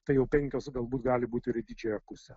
tai jau penkios galbūt gali būti ir į didžiąją pusę